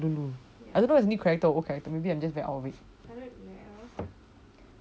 I don't know if it's old character or new character